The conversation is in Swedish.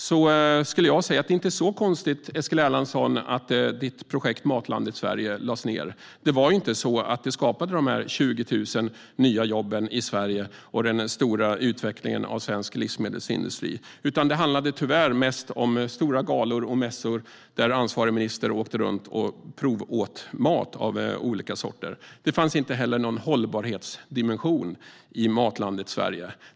Men det är inte är så konstigt att hans projekt Matlandet Sverige lades ned. Det skapade inte de 20 000 nya jobben i Sverige och den omfattande utvecklingen av svensk livsmedelsindustri, utan tyvärr handlade det mest om stora galor och mässor där ansvarig minister åkte runt och provåt mat av olika sorter. Det fanns inte heller någon hållbarhetsdimension i Matlandet Sverige.